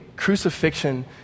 Crucifixion